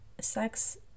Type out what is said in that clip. sex